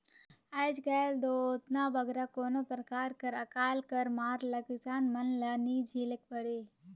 आएज काएल दो ओतना बगरा कोनो परकार कर अकाल कर मार ल किसान मन ल नी झेलेक परे